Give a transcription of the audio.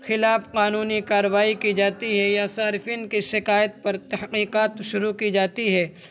خلاف قانونی کارروائی کی جاتی ہے یا صارفین کے شکایت پر تحقیکات شروع کی جاتی ہے